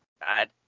God